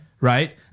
Right